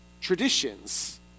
Traditions